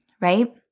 right